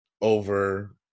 over